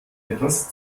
etwas